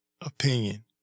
opinion